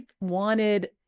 wanted